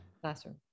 classroom